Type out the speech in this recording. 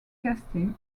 casting